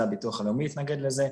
זה הביטוח הלאומי התנגד לזה.